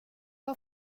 har